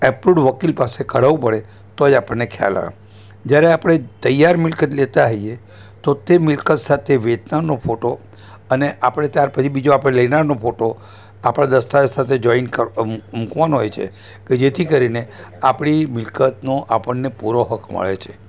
એપરુડ વકીલ પાસે કરાવવું પડે તો જ આપણને ખ્યાલ આવે જ્યારે આપણે તૈયાર મિલકત લેતાં હોઈએ તો તે મિલકત સાથે વેચનારનો ફોટો અને આપણે ત્યાર પછી બીજો આપણે લેનારનો ફોટો આપણાં દસ્તાવેજ સાથે જોઇન મૂકવાનો હોય છે કે જેથી કરીને આપણી મિલકતનો આપણને પૂરો હક્ક મળે છે